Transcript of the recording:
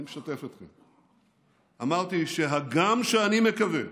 ואני משתף אתכם: אמרתי שהגם שאני מקווה,